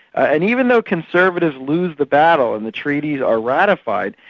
and even though conservatives lose the battle and the treaties are ratified,